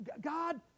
God